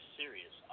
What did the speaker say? serious